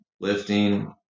lifting